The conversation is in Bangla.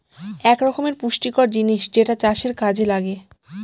এক রকমের পুষ্টিকর জিনিস যেটা চাষের কাযে লাগে